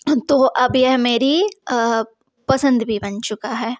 तो अब यह मेरी पसंद भी बन चुका है